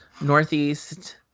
Northeast